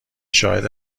شاهد